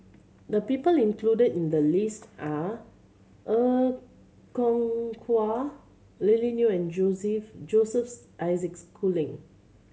the people included in the list are Er Kwong Wah Lily Neo and Joseph Josephs Isaac Schooling